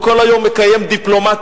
הוא כל היום מקיים דיפלומטיה.